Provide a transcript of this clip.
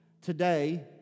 today